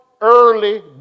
early